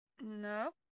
No